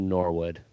Norwood